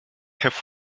have